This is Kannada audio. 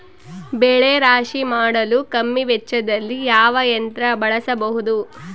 ಬೆಳೆ ರಾಶಿ ಮಾಡಲು ಕಮ್ಮಿ ವೆಚ್ಚದಲ್ಲಿ ಯಾವ ಯಂತ್ರ ಬಳಸಬಹುದು?